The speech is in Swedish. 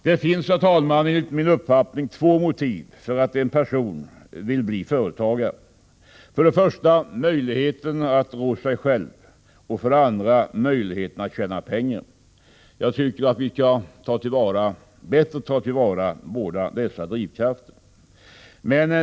Det finns, herr talman, enligt min uppfattning två motiv för en person att bli företagare, för det första möjligheten att rå sig själv och för det andra möjligheten att tjäna pengar. Jag tycker vi bättre skall ta till vara båda dessa drivkrafter.